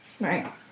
Right